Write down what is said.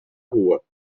rua